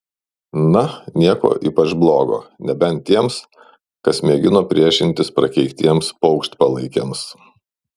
na nieko ypač blogo nebent tiems kas mėgino priešintis prakeiktiems paukštpalaikiams